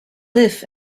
live